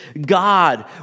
God